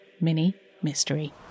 mini-mystery